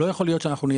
לא יכול להיות שנייצר